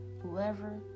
whoever